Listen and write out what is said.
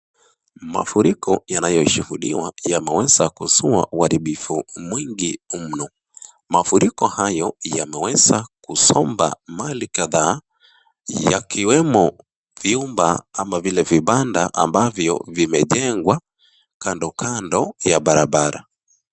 Mafuriko yanayoshuhudiwa yameweza kuzua uharibifu mwingi mno. Mafuriko hayo yameweza kusomba mali kadhaa yakiwemo vyumba ama vile vibanda ambavyo vimejengwa kando kando ya barabara.